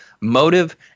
motive